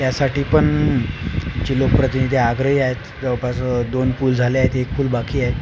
त्यासाठी पण जे लोकप्रतिनिधी आग्रही आहेत जवळपास दोन पूल झाले आहेत एक पूल बाकी आहे